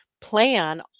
plan